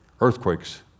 Earthquakes